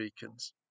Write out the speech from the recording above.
beacons